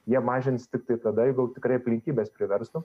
jie mažins tiktai tada jeigu tikrai aplinkybės priverstų